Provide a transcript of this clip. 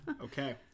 Okay